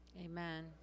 Amen